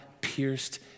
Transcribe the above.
pierced